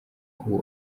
uwo